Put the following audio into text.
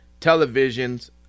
televisions